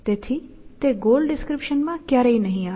તેથી તે ગોલ ડિસ્ક્રિપ્શનમાં ક્યારેય નહીં આવે